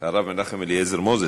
הרב מנחם אליעזר מוזס.